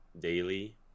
daily